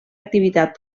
activitat